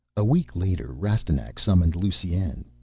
a week later rastignac summoned lusine.